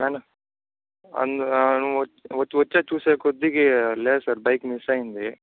వచ్చే చూసే కొద్దికి లేదు సార్ బైక్ మిస్ అయ్యింది